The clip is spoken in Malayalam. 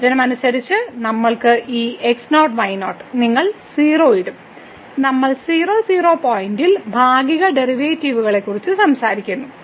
നിർവചനം അനുസരിച്ച് നമ്മൾക്ക് ഈ x0 y0 നിങ്ങൾ 0 ഇടും നമ്മൾ 00 പോയിന്റിൽ ഭാഗിക ഡെറിവേറ്റീവുകളെക്കുറിച്ച് സംസാരിക്കുന്നു